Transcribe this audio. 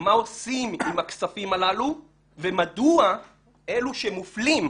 מה עושים עם הכספים הללו ומדוע אלו שמופלים,